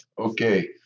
Okay